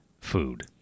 food